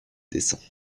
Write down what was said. dessins